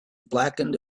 blackened